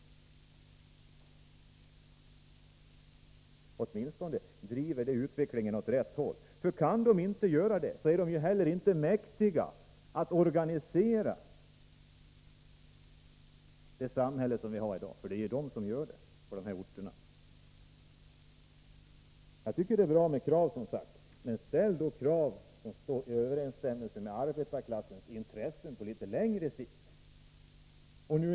Detta skulle åtminstone driva utvecklingen åt rätt håll. Om företaget inte kan göra detta, är det inte heller mäktigt att organisera det samhälle som vi har i dag. Det är ju de här företagen som organiserar samhället på de orter det är fråga om. Jag tycker, som sagt, att det är bra med krav men ställ krav som på litet längre sikt överensstämmer med arbetarklassens intressen!